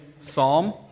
psalm